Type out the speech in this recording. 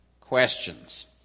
questions